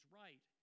right